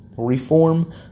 Reform